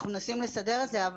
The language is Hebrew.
אנחנו מנסים לסדר את זה.